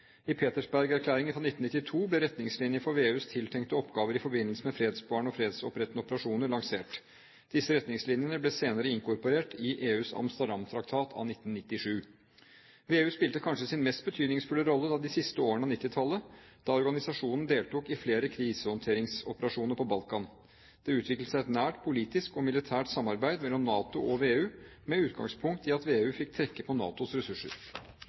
I Petersberg-erklæringen fra 1992 ble retningslinjer for VEUs tiltenkte oppgaver i forbindelse med fredsbevarende og fredsopprettende operasjoner lansert. Disse retningslinjene ble senere inkorporert i EUs Amsterdam-traktat av 1997. VEU spilte kanskje sin mest betydningsfulle rolle de siste årene av 1990-tallet, da organisasjonen deltok i flere krisehåndteringsoperasjoner på Balkan. Det utviklet seg et nært politisk og militært samarbeid mellom NATO og VEU med utgangspunkt i at VEU fikk trekke på NATOs ressurser.